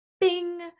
bing